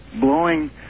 blowing